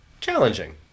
challenging